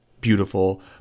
beautiful